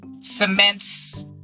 cements